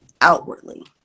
outwardly